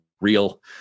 real